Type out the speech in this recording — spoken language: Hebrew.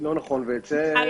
לא נכון וכך יצא שכרנו בהפסדנו.